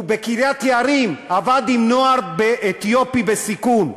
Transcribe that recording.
הוא בקריית-יערים, עבד עם נוער אתיופי בסיכון,